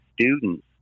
students